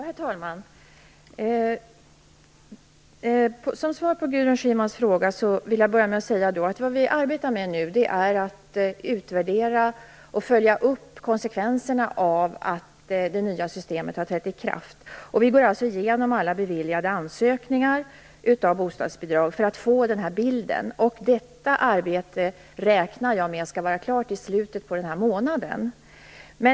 Herr talman! Som svar på Gudrun Schymans fråga vill jag börja med att säga att vad vi nu arbetar med är att utvärdera och följa upp konsekvenserna av det nya systemet när det har trätt i kraft. Vi går alltså igenom alla beviljade ansökningar om bostadsbidrag för att få den här bilden. Detta arbete beräknas vara klart i slutet av denna månad.